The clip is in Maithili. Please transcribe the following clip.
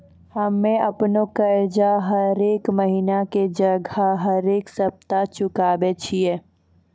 हम्मे अपनो कर्जा हरेक महिना के जगह हरेक सप्ताह चुकाबै छियै